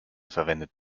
verwendet